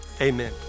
Amen